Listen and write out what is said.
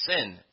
sin